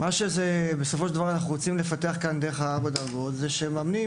מה שאנחנו רוצים לפתח כאן דרך ארבע הדרגות זה שהמאמנים